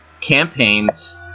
campaigns